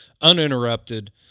uninterrupted